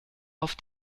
auf